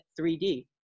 3d